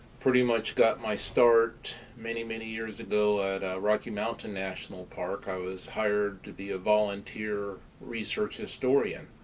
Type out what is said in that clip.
pretty much got my start many, many years ago at rocky mountain national park. i was hired to be a volunteer research historian.